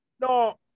no